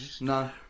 no